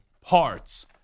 Parts